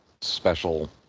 special